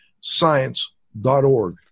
science.org